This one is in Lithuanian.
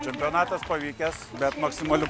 čempionatas pavykęs bet maksimaliu